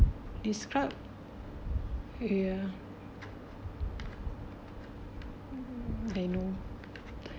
describe ya I know